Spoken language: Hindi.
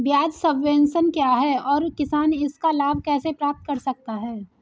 ब्याज सबवेंशन क्या है और किसान इसका लाभ कैसे प्राप्त कर सकता है?